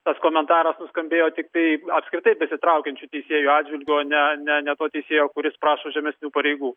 tas komentaras nuskambėjo tiktai apskritai besitraukiančių teisėjų atžvilgiu o ne ne ne to teisėjo kuris prašo žemesnių pareigų